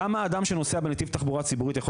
למה אדם שנוסע בנתיב תחבורה ציבורית יכול